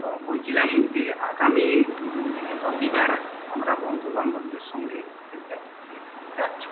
তো বলছিলাম যে আগামী রবিবার আমরা বন্ধুবান্ধবদের সঙ্গে অযোধ্যা ঘুরতে যাচ্ছি